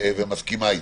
ומסכימה איתי.